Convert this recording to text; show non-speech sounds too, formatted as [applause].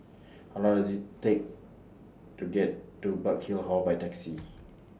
How Long IS IT Take to get to Burkill Hall By Taxi [noise]